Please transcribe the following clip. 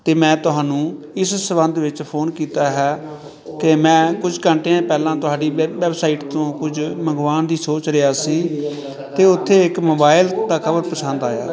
ਅਤੇ ਮੈਂ ਤੁਹਾਨੂੰ ਇਸ ਸਬੰਧ ਵਿੱਚ ਫੋਨ ਕੀਤਾ ਹੈ ਕਿ ਮੈਂ ਕੁੱਝ ਘੰਟਿਆਂ ਪਹਿਲਾਂ ਤੁਹਾਡੀ ਵੈਬ ਵੈਬਸਾਈਟ ਤੋਂ ਕੁੱਝ ਮੰਗਵਾਉਣ ਦੀ ਸੋਚ ਰਿਹਾ ਸੀ ਅਤੇ ਉੱਥੇ ਇੱਕ ਮੋਬਾਈਲ ਦਾ ਕਵਰ ਪਸੰਦ ਆਇਆ